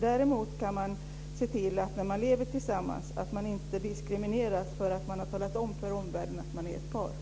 Däremot kan politikerna se till att de som lever tillsammans inte diskrimineras för att de har talat om för omvärlden att de är ett par.